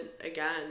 again